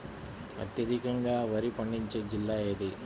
అత్యధికంగా వరి పండించే జిల్లా ఏది?